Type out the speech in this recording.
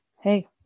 Hey